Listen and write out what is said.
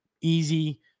easy